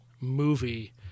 movie